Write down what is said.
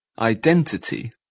Identity